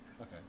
Okay